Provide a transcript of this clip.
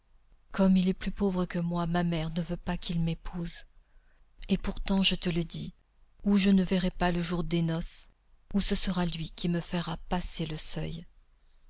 comme il est plus pauvre que moi ma mère ne veut pas qu'il m'épouse et pourtant je te le dis ou je ne verrai pas le jour des noces ou ce sera lui qui me fera passer le seuil